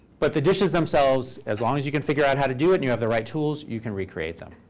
but the dishes themselves, as long as you can figure out how to do it and you have the right tools, you can recreate them.